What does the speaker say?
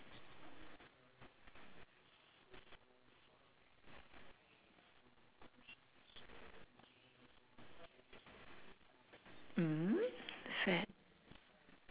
mmhmm fad